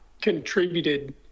contributed